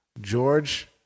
George